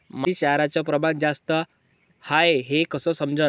मातीत क्षाराचं प्रमान जास्त हाये हे कस समजन?